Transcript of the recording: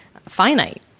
finite